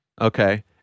Okay